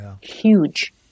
huge